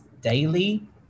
daily